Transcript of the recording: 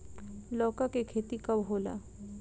लौका के खेती कब होला?